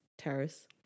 terrace